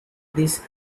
these